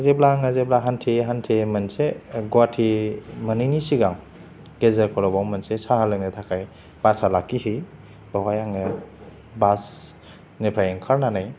जेब्ला आङो जेब्ला हान्थियै हान्थियै मोनसे गवाहाटि मोनैनि सिगां गेजेर फर'बाव मोनसे साहा लोंनो थाखाय बासआ लाखिहैयो बावहाय आङो बासनिफ्राय ओंखारनानै